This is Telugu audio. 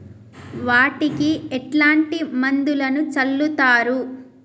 వాటికి ఎట్లాంటి మందులను చల్లుతరు?